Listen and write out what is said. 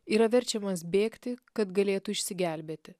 yra verčiamas bėgti kad galėtų išsigelbėti